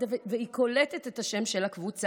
רואה מורה מדפדפת והיא קולטת את השם של הקבוצה.